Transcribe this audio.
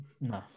No